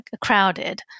crowded